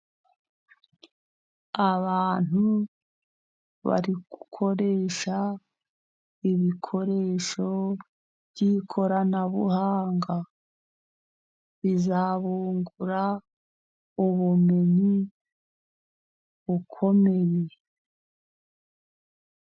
Abantu bari gukoresha ibikoresho by'ikoranabuhanga, bizabungura ubumenyi bukomeye.